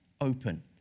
open